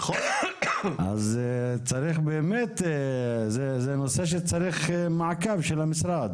אז צריך באמת, זה נושא שצריך מעקב של המשרד.